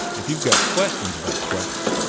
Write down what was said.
if you've got questions about trucks,